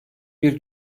bir